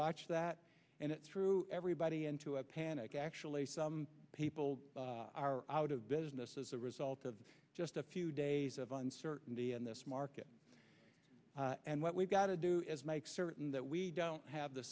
watch that and it threw everybody into a panic actually some people are out of business as a result of just a few days of uncertainty in this market and what we've got to do is make certain that we don't have the